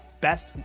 best